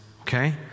okay